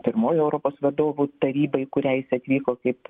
pirmoji europos vadovų taryba į kurią jis atvyko kaip